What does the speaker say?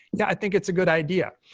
yeah i think it's a good idea,